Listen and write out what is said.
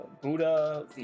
buddha